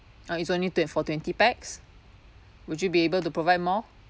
ah it's only twe~ for twenty pax would you be able to provide more